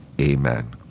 amen